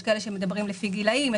יש כאלה שמדברים לפי גילאים,